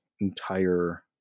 entire